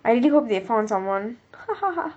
I really hope they found someone